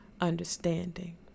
understanding